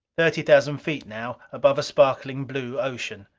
thirty thousand feet now, above a sparkling blue ocean.